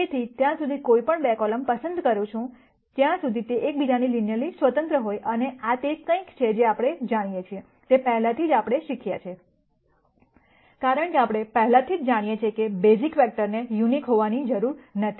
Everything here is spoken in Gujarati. તેથી ત્યાં સુધી હું કોઈપણ 2 કોલમ પસંદ કરી શકું છું જ્યાં સુધી તે એકબીજાથી લિનયરલી સ્વતંત્ર હોય અને આ તે કંઈક છે જે આપણે જાણીએ છીએ તે પહેલાં જે આપણે શીખ્યા છીએ કારણ કે આપણે પહેલેથી જ જાણીએ છીએ કે બેઝિક વેક્ટરને યુનિક હોવાની જરૂર નથી